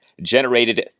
generated